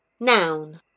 Noun